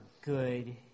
good